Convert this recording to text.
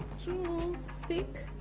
too thick,